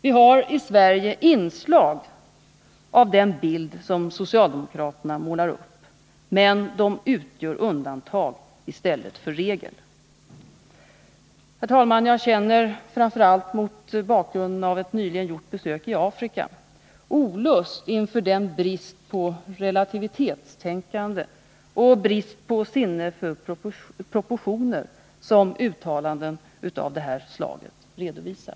Vi har i Sverige inslag av den bild socialdemokraterna målar upp, men de utgör undantag i stället för regel. Herr talman! Jag känner — framför allt mot bakgrund av mina intryck från ett besök i Afrika nyligen — olust inför den brist på relativitetstänkande och den brist på sinne för proportioner som uttalanden av detta slag visar.